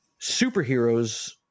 superheroes